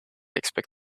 expect